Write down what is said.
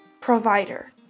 provider